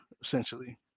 essentially